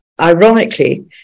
ironically